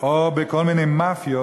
או בכל מיני מאפיות